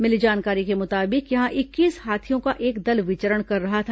मिली जानकारी के मुताबिक यहां इक्कीस हाथियों का एक दल विचरण कर था